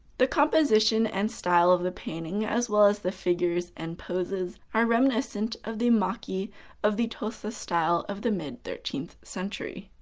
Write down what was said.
the composition and style of the painting, as well as the figures and poses, are reminiscent of the emaki of the tosa style of the mid thirteenth century.